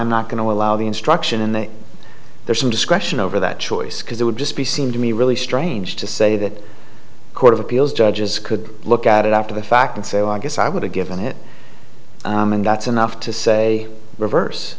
i'm not going to allow the instruction in that there's some discretion over that choice because it would just be seemed to me really strange to say that court of appeals judges could look at it after the fact and so i guess i would have given it and that's enough to say reverse